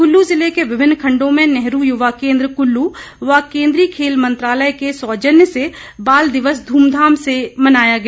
कुल्लू जिले के विभिन्न खण्डों में नेहरू युवा केन्द्र कुल्लू व केन्द्रीय खेल मंत्रालय के सौजन्य से बाल दिवस धूमधाम से मनाया गया